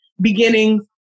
beginnings